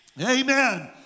Amen